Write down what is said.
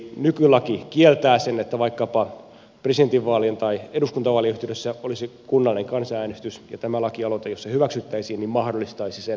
nykylaki kieltää sen että vaikkapa presidentinvaalien tai eduskuntavaalien yhteydessä olisi kunnallinen kansanäänestys ja tämä lakialoite jos se hyväksyttäisiin mahdollistaisi sen